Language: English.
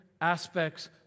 aspects